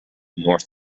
north